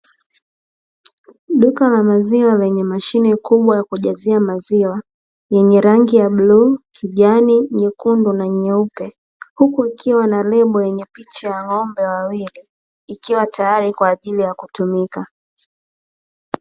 Duka la maziwa lenye mashine kubwa ya kujazia maziwa ,yenye rangi ya bluu, kijani, nyekundu na nyeupe huku ikiwa na lebo yenye picha ya ng'ombe wawili, ikiwa tayari kwa ajili ya kutumika.